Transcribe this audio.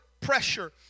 pressure